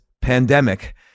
pandemic